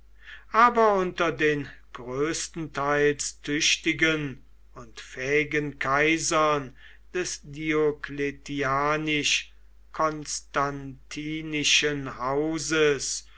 aber unter den größtenteils tüchtigen und fähigen kaisern des diocletianisch konstantinischen hauses